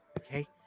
okay